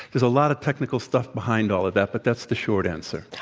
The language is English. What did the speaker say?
there's a lot of technical stuff behind all of that, but that's the short answer.